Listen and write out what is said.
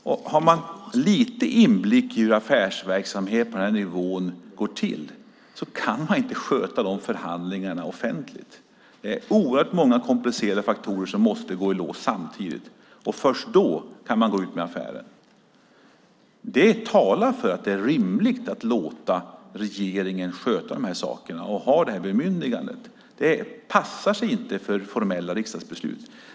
Om man har lite inblick i hur affärsverksamheten på denna nivå går till kan man inte sköta förhandlingarna offentligt. Det är oerhört många och komplicerade faktorer som måste gå i lås samtidigt. Först då kan man gå ut med affären. Det talar för att det är rimligt att låta regeringen sköta dessa förhandlingar och ha det bemyndigandet. Det passar sig inte för formella riksdagsbeslut.